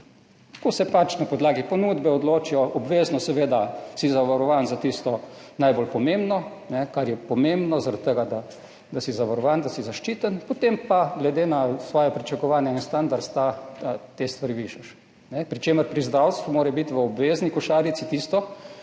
Ko se na podlagi ponudbe odločijo. Obvezno, seveda, si zavarovan za tisto najbolj pomembno, kar je pomembno, zaradi tega da si zavarovan, da si zaščiten, potem pa glede na svoja pričakovanja in standard te stvari višaš. Pri čemer mora biti pri zdravstvu v obvezni košarici tisto,